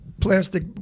plastic